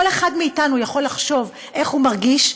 כל אחד מאתנו יכול לחשוב איך הוא מרגיש,